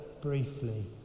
briefly